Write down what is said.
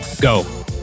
go